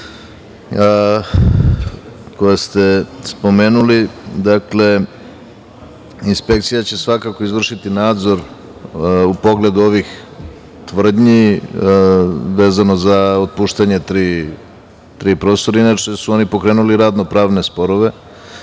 koja ste spomenuli, inspekcija će svakako izvršiti nadzor u pogledu ovih tvrdnji vezano za otpuštanje tri profesora. Inače su oni pokrenuli radno-pravne sporove,